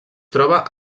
troba